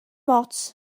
ots